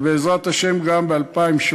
ובעזרת השם גם ב-2017.